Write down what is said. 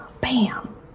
Bam